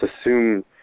assume